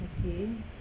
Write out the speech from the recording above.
okay